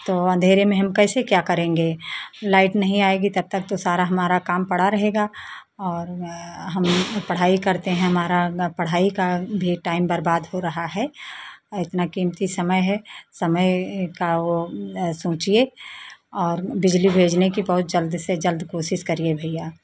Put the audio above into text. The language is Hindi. तो अंधेरे में हम कैसे क्या करेंगे लाइट नहीं आएगी तब तक तो सारा हमारा काम पड़ा रहेगा और हम पढ़ाई करते हैं हमारा ना पढ़ाई का भी टाइम बर्बाद हो रहा है इतना कीमती समय है समय का वो सोचिए और बिजली भेजने की बहुत जल्द से जल्द कोशिश करिए भैया